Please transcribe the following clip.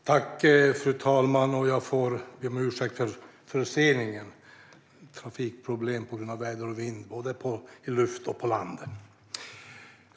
Svar på interpellationer Fru talman! Jag ber om ursäkt för förseningen beroende på trafikproblem på grund av väder och vind, både i luft och på land.